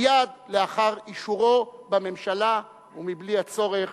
מייד לאחר אישורו בממשלה ומבלי הצורך